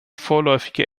vorläufige